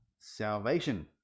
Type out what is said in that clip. salvation